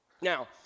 Now